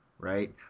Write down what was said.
Right